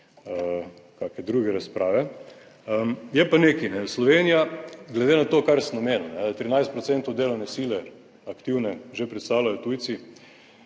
kake druge razprave. Je pa nekaj, Slovenija glede na to, kar sem omenil, 13 % delovne sile, aktivne, že predstavljajo tujci,